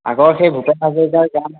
আগৰ সেই ভূপেন হাজৰিকাৰ গান